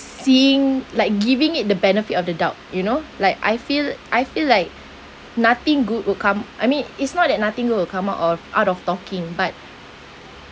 seeing like giving it the benefit of the doubt you know like I feel I feel like nothing good would come I mean it's not that nothing good will come out of out of talking but